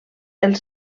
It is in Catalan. els